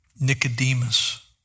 Nicodemus